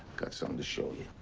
got something to show you.